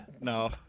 no